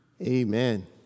amen